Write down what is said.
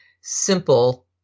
simple